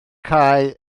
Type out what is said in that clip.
cae